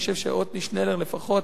אני חושב שעתני שנלר לפחות,